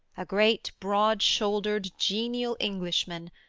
a great broad-shouldered genial englishman,